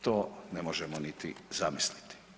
To ne možemo niti zamisliti.